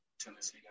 Tennessee